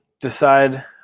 decide